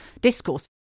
discourse